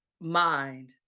mind